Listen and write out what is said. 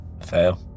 Fail